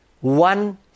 one